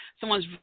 someone's